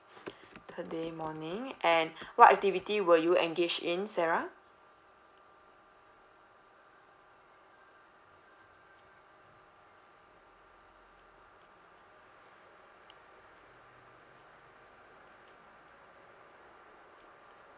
third day morning and what activity were you engage in sarah